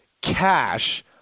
cash